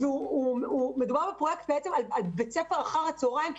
מדובר על בית ספר אחר הצוהריים,